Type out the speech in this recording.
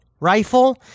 rifle